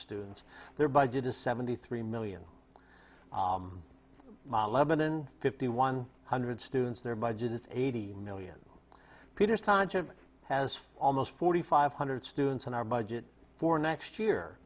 students their budget is seventy three million lebanon fifty one hundred students their budget is eighty million peters times it has almost forty five hundred students and our budget for next year